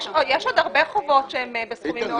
יש עוד הרבה חובות שהם בסכומים נמוכים מאוד.